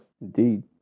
indeed